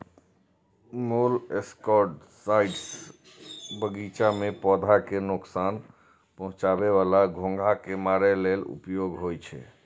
molluscicides बगीचा मे पौधा कें नोकसान पहुंचाबै बला घोंघा कें मारै लेल उपयोग होइ छै